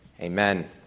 Amen